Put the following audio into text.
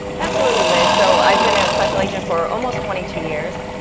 absolutely. like so i've been a special agent for almost twenty two years.